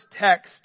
text